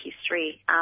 history